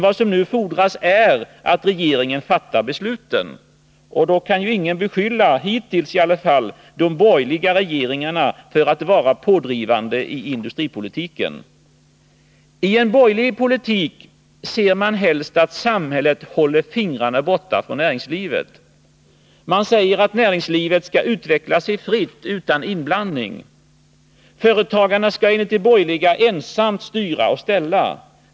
Vad som nu fordras är att regeringen fattar besluten. Ingen kan i varje fall hittills beskylla de borgerliga regeringarna för att vara pådrivande i industripolitiken. I en borgerlig politik ser man helst att samhället håller fingrarna borta från näringslivet. Man säger att näringslivet skall utveckla sig fritt, utan inblandning. Företagarna skall, enligt de borgerliga, ensamma styra och ställa.